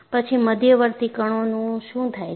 પછી મધ્યવર્તી કણોનું શું થાય છે